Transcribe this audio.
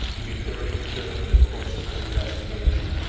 you mean during during the course of the investigation?